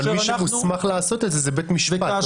אבל מי שמוסמך לעשות את זה הוא בית משפט או בית דין,